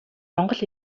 монгол